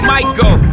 Michael